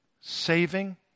saving